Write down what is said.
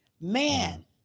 man